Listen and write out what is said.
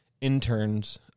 interns